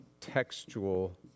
textual